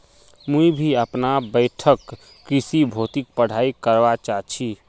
मुई भी अपना बैठक कृषि भौतिकी पढ़ाई करवा चा छी